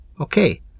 Okay